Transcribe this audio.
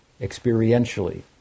experientially